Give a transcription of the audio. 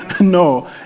No